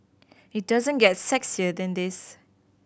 it doesn't get sexier than this